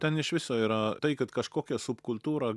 ten iš viso yra tai kad kažkokia subkultūra